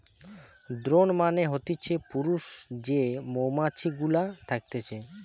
drone মানে হতিছে পুরুষ যে মৌমাছি গুলা থকতিছে